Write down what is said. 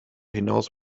hinaus